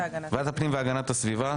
ועדת הפנים והגנת הסביבה.